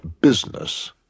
business